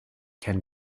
can